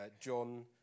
John